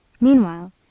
Meanwhile